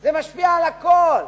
זה משפיע על הכול.